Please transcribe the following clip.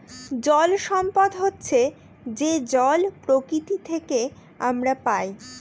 জল সম্পদ হচ্ছে যে জল প্রকৃতি থেকে আমরা পায়